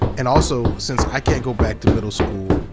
and also, since i can't go back to middle school,